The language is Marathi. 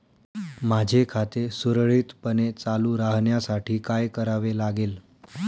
माझे खाते सुरळीतपणे चालू राहण्यासाठी काय करावे लागेल?